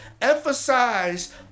emphasize